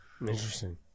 interesting